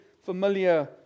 familiar